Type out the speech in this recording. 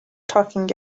talking